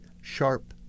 sharp